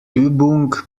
übung